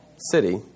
city